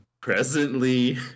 Presently